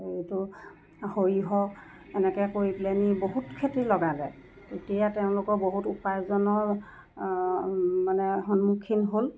এইটো সৰিয়হ এনেকৈ কৰি পেলাইনি বহুত খেতি লগালে এতিয়া তেওঁলোকৰ বহুত উপাৰ্জনৰ মানে সন্মুখীন হ'ল